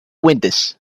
winters